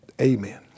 Amen